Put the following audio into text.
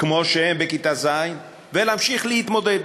כמו שהם בכיתה ז' ולהמשיך להתמודד